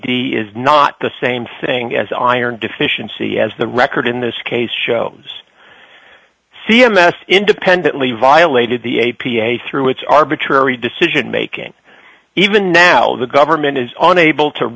d is not the same thing as iron deficiency as the record in this case shows c m s independently violated the a p a through its arbitrary decision making even now the government is unable to